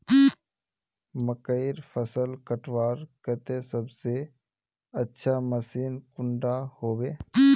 मकईर फसल कटवार केते सबसे अच्छा मशीन कुंडा होबे?